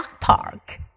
park